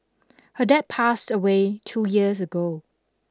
her dad passed away two years ago